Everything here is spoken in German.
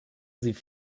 sie